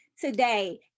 today